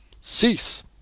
Cease